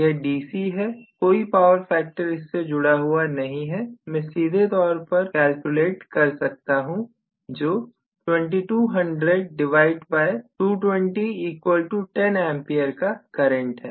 यह DC है कोई पावर फैक्टर इससे जुड़ा हुआ नहीं है मैं इसे सीधे कैलकुलेट कर सकता हूं जो 2200220 इक्वल टू 10A का करंट है